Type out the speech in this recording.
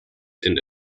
into